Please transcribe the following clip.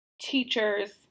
Teachers